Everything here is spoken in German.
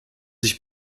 sich